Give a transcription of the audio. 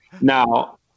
Now